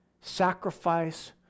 sacrifice